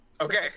Okay